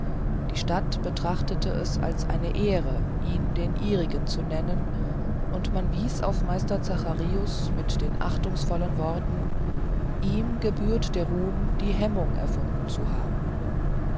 die stadt betrachtete es als eine ehre ihn den ihrigen zu nennen und man wies auf meister zacharius mit den achtungsvollen worten ihm gebührt der ruhm die hemmung erfunden zu haben